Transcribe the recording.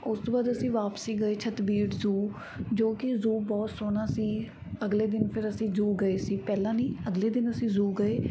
ਉਸ ਤੋਂ ਬਾਅਦ ਅਸੀਂ ਵਾਪਸੀ ਗਏ ਛੱਤ ਬੀੜ ਜ਼ੂ ਜੋ ਕਿ ਜ਼ੂ ਬਹੁਤ ਸੋਹਣਾ ਸੀ ਅਗਲੇ ਦਿਨ ਫਿਰ ਅਸੀਂ ਜੂ ਗਏ ਸੀ ਪਹਿਲਾਂ ਨਹੀਂ ਅਗਲੇ ਦਿਨ ਅਸੀਂ ਜ਼ੂ ਗਏ